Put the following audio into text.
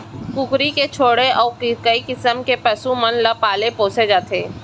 कुकरी के छोड़े अउ कई किसम के पसु मन ल पाले पोसे जाथे